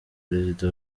perezida